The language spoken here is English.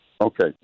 Okay